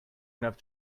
enough